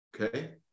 Okay